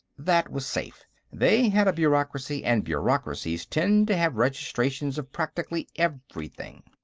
that was safe. they had a bureaucracy, and bureaucracies tend to have registrations of practically everything.